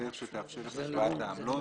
בדרך שתאפשר את השוואת העמלות.